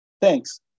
Thanks